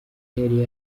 yari